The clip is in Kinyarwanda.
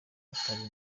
atari